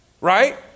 right